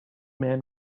man